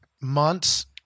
months